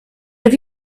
have